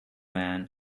man